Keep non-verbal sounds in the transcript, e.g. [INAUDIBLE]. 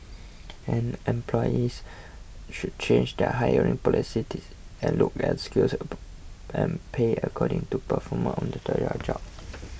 and employers should change their hiring policies and look at skills [UNINTELLIGIBLE] and pay according to performance on the job